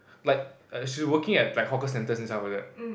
like she's working at like hawker centres and stuff like that